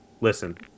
Listen